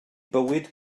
bywyd